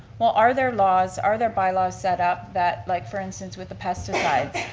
well, are there laws? are there bylaws set up that like, for instance, with the pesticides,